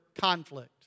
conflict